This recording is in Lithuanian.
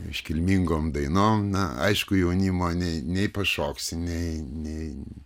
iškilmingom dainom na aišku jaunimą nei nei pašoksi nei nei